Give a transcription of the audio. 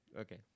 Okay